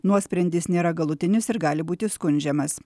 nuosprendis nėra galutinis ir gali būti skundžiamas